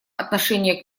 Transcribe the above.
отношения